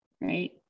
right